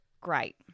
great